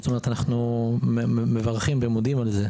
אנחנו מודים ומברכים על כך.